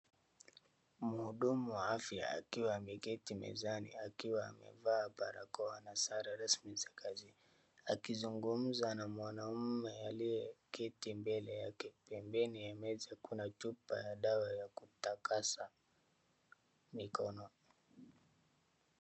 Mhudumu wa afya akiwa ameketi mezani amevaa barakoa na sare rasmi za kazi akizugumza na mwanaume aliyeketi mbele yake, pembeni ya meza kuna chupa ya dawa yakutakasa mikono.